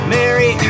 Mary